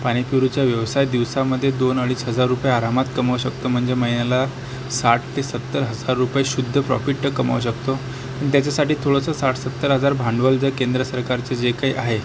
पाणीपुरीचा व्यवसाय दिवसामध्ये दोन अडीच हजार रुपये आरामात कमवू शकतो म्हणजे महिन्याला साठ ते सत्तर हजार रुपये शुद्ध प्रॉफिट तर कमावू शकतो पण त्याच्यासाठी थोडंसं साठ सत्तर हजार भांडवल जे केंद्र सरकारचे जे काही आहे